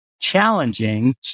Challenging